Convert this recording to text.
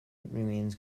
remains